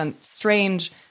strange